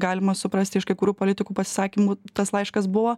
galima suprasti iš kai kurių politikų pasisakymų tas laiškas buvo